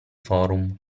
forum